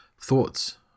Thoughts